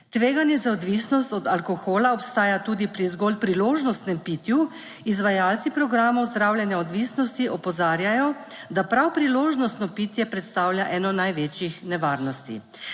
Tveganje za odvisnost od alkohola obstaja tudi pri zgolj priložnostnem pitju, izvajalci programov zdravljenja odvisnosti opozarjajo, da prav priložnostno pitje predstavlja eno največjih nevarnosti.